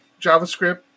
JavaScript